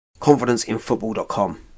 confidenceinfootball.com